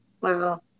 Wow